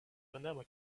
panama